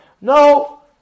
No